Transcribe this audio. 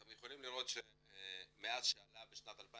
אתם יכולים לראות שמאז שהוא עלה ב-2015